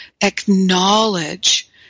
acknowledge